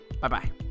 Bye-bye